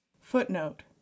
Footnote